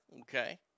Okay